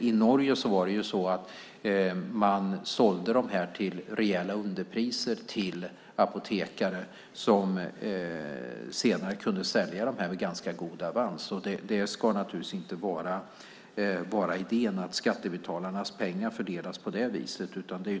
I Norge sålde man till rejäla underpriser till apotekare som senare kunde sälja dem med ganska god avans. Idén ska naturligtvis inte vara att skattebetalarnas pengar fördelas på det viset.